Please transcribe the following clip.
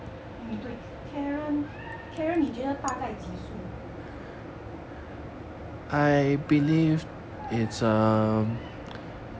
hmm 对 karen 你觉得 karen 大概几岁